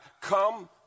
come